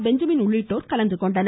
Benjamin உள்ளிட்டோர் கலந்துகொண்டனர்